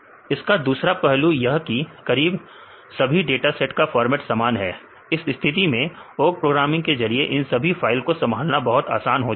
इसका दूसरा पहलू यह की करीब सभी डेटाबेस का फॉर्मेट समान है इस स्थिति में ओक प्रोग्रामिंग के जरिए इन सभी फाइल को संभालना बहुत आसान हो जाता है